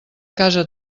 casa